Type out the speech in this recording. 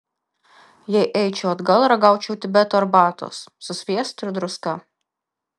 jei eičiau atgal ragaučiau tibeto arbatos su sviestu ir druska